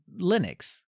Linux